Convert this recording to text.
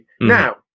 Now